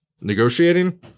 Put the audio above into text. negotiating